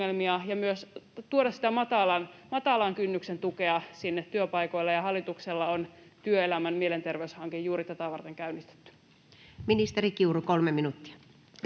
ja myös tuoda sitä matalan kynnyksen tukea sinne työpaikoille? Ja hallituksella on työelämän mielenterveyshanke juuri tätä varten käynnistetty. Ministeri Kiuru, 3 minuuttia.